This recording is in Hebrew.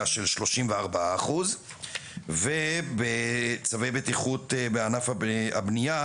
של 34% ובצווי בטיחות בענף הבנייה